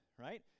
right